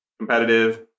competitive